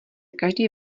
každý